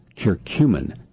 curcumin